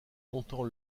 longtemps